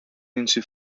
into